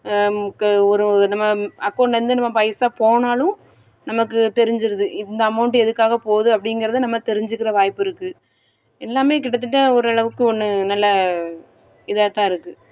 நமக்கு ஒரு நம்ம அக்கௌண்டலேந்து நம்ம பைசா போனாலும் நமக்கு தெரிஞ்சிருது இந்த அமௌண்ட்டு எதுக்காக போகுது அப்படிங்குறத நம்ம தெரிஞ்சிக்கிற வாய்ப்பு இருக்கு எல்லாமே கிட்டத்தட்ட ஓரளவுக்கு ஒன்று நல்ல இதாகத்தான் இருக்கு